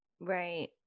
Right